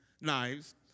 knives